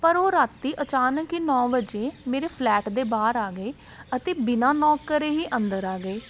ਪਰ ਉਹ ਰਾਤ ਅਚਾਨਕ ਹੀ ਨੋ ਵਜੇ ਮੇਰੇ ਫਲੈਟ ਦੇ ਬਾਹਰ ਆ ਗਏ ਅਤੇ ਬਿਨਾਂ ਨੋਕ ਕਰੇ ਹੀ ਅੰਦਰ ਆ ਗਏ